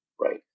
right